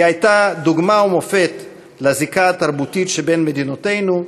היא הייתה דוגמה ומופת לזיקה התרבותית שבין מדינותינו,